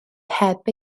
heb